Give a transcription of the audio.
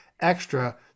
extra